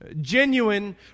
Genuine